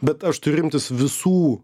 bet aš turiu imtis visų